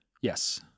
yes